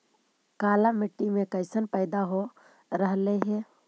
काला मिट्टी मे कैसन पैदा हो रहले है?